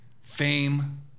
fame